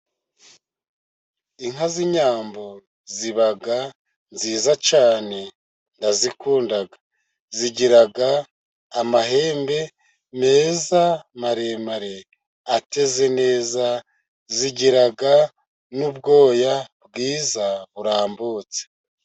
Inka z'inyambo, ziba nziza cyane, ndazikunda. Zigira amahembe meza maremare, ateze neza, zigira n'ubwoya bwiza burambutse.